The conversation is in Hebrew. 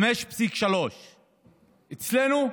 5.3%. אצלנו,